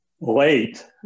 late